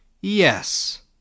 Yes